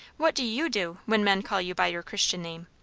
what do you do, when men call you by your christian name?